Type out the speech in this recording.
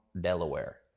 Delaware